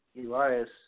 Elias